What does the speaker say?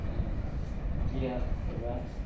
player एबा